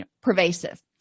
pervasive